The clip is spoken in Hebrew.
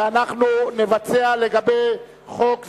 ונבצע, לגבי חוק זה,